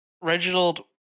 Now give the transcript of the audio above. Reginald